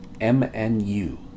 MNU